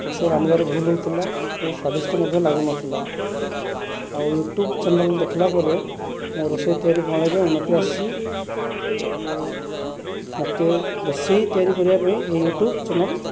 ରୋଷେଇ ରାନ୍ଧିବାରେ ଭୁଲ୍ ହେଉଥିଲା ଓ ସ୍ଵାଦିଷ୍ଟ ମଧ୍ୟ ଲାଗୁନଥିଲା ଆଉ ୟୁଟ୍ୟୁବ ଚ୍ୟାନେଲ ଦେଖିଲା ପରେ ମୋ ରୋଷେଇ ତିଆରି ପ୍ରଣାଳୀରେ ଉନ୍ନତି ଆସଛି ଓ ମୋତେ ରୋଷେଇ ତିଆରି କରିବା ପାଇଁ ୟୁଟ୍ୟୁବ ଚ୍ୟାନେଲ